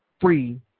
free